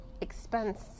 expense